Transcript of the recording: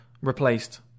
replaced